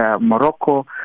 Morocco